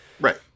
right